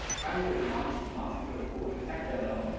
finally there's moxie, moxie is really cool it's a tech demo,